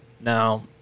Now